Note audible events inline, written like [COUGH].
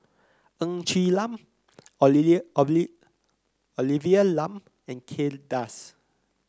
Ng Quee Lam [UNINTELLIGIBLE] Olivia Lum and Kay Das